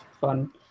fun